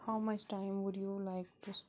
how much time would you like to